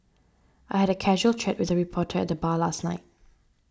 I had a casual chat with a reporter at the bar last night